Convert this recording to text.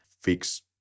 fix